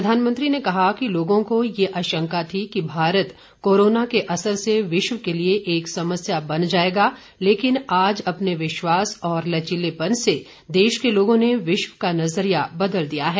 प्रधानमंत्री ने कहा कि लोगों को यह आशंका थी कि भारत कोरोना के असर से विश्व के लिए एक समस्या् बन जाएगा लेकिन आज अपने विश्वास और लचीलेपन से देश के लोगों ने विश्व का नजरिया बदल दिया है